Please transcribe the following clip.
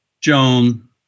Joan